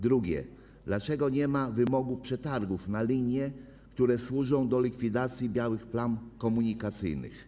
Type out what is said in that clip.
Drugie: Dlaczego nie ma wymogu przetargów na linie, które służą likwidacji białych plam komunikacyjnych?